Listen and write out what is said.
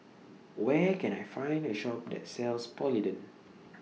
Where Can I Find A Shop that sells Polident